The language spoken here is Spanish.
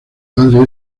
padre